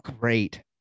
Great